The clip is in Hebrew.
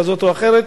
כזאת או אחרת,